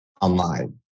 online